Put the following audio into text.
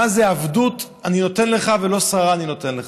מה זה "עבדות אני נותן לך ולא שררה אני נותן לך".